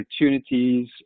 opportunities